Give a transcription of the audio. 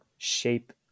shape